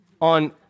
on